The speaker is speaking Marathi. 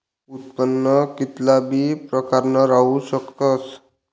उत्पन्न कित्ला बी प्रकारनं राहू शकस